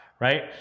right